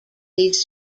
these